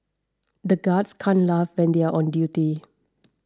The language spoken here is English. the guards can't laugh when they are on duty